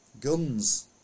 Guns